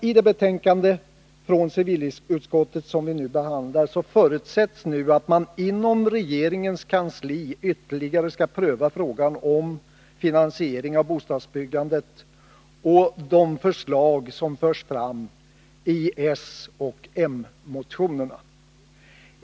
I det betänkande från civilutskottet som vi nu behandlar förutsätts att man inom regeringens kansli ytterligare skall pröva frågan om finansiering av bostadsbyggandet och de förslag som förs fram i socialdemokratiska och moderata motioner.